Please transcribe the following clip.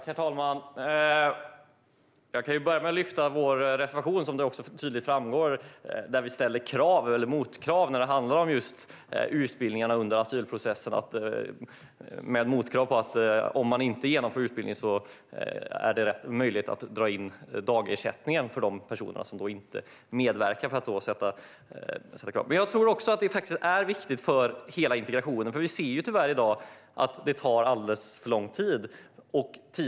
Herr talman! Jag kan börja med att lyfta fram vår reservation, där det tydligt framgår att vi ställer motkrav när det handlar om utbildningarna under asylprocessen: Det ska finnas möjlighet att dra in dagersättningen för de personer som inte medverkar eller inte genomför utbildningen. Men jag tror att det här är viktigt för hela integrationen. Vi ser tyvärr i dag att det tar alldeles för lång tid.